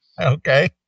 Okay